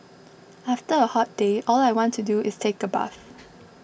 after a hot day all I want to do is take a bath